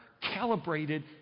calibrated